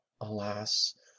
alas